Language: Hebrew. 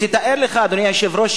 אדוני היושב-ראש,